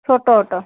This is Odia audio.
ଛୋଟ ଅଟୋ